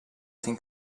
sin